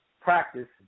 practice